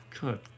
Good